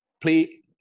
play